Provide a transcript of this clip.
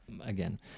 again